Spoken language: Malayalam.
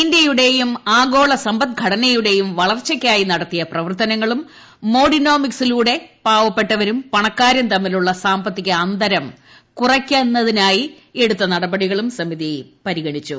ഇന്ത്യയുടെയും ആഗോള സമ്പദ്ഘടനയുടെയും വളർച്ചയ്ക്കായി നടത്തിയ പ്രവർത്തനങ്ങളും മോഡിനോമിക്സിലൂടെ പാവപ്പെട്ടവരും തമ്മിലുള്ള സാമ്പത്തിക പണക്കാരും അന്തരം കുറയ്ക്കുന്നതിനായി എടുത്ത നടപടികളും സമിതി പരിഗണിച്ചു